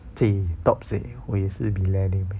!chey! tops leh 我也是 milennial